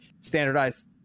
standardized